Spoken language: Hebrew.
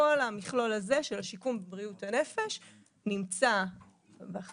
כל המכלול הזה של השיקום בבריאות הנפש נמצא באחריותי.